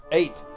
eight